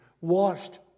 Washed